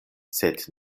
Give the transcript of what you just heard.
sed